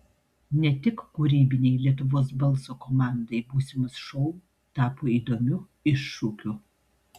ne tik kūrybinei lietuvos balso komandai būsimas šou tapo įdomiu iššūkiu